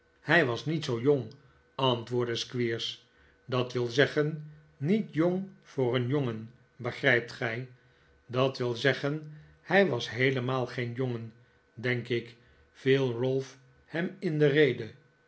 hij was niet zoo jong antwoordde squeers dat wil zeggen niet jong voor een jongen begrijpt gij dat wil zeggen hij was heelemaal geen jongen denk ik viel ralph hem in de rede